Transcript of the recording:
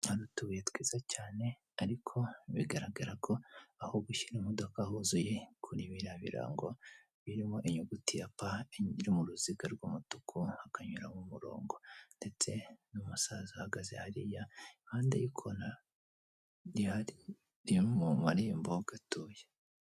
Hano hari utubuye twiza cyane ariko bigaragara ko aho gushyira imodoka huzuye, kuri biriya birango birimo inyuguti ya p, iri mu ruziga rw'umutuku hakanyuramo umurongo ndetse n'umusaza ahagaze hariya, impande y'ikona mu iri mu marembo ho gatoya.